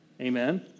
amen